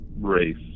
race